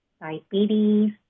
diabetes